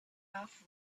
off